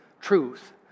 truth